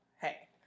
hey